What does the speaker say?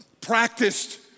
practiced